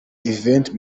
events